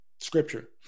scripture